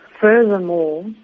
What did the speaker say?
Furthermore